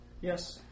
Yes